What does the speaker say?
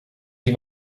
die